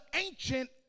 ancient